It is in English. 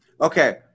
Okay